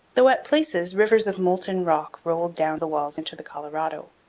though at places rivers of molten rock rolled down the walls into the colorado.